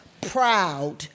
proud